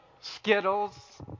Skittles